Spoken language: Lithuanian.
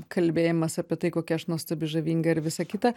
kalbėjimas apie tai kokia aš nuostabi žavinga ir visa kita